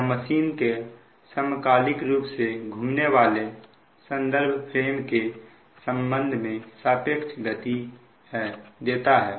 यह मशीन का समकालिक रूप से घूमने वाले संदर्भ फ्रेम के संबंध में सापेक्ष गति देता है